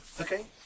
Okay